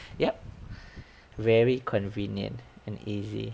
yup very convenient and easy